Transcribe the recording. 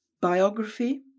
Biography